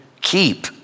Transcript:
Keep